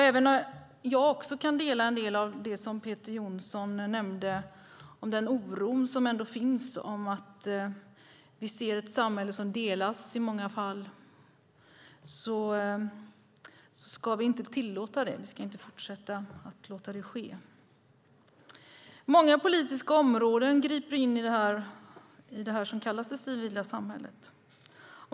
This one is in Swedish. Även om jag kan dela en del av det som Peter Johnsson nämnde, den oro som finns och att vi ser ett samhälle som i många fall delas, ska vi inte tillåta det. Vi ska inte fortsätta att låta det ske. Många politiska områden griper in i det som kallas det civila samhället.